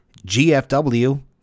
GFW